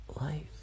Life